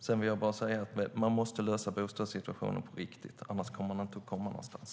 Sedan vill jag bara säga: Man måste lösa bostadssituationen på riktigt. Annars kommer man inte att komma någonstans.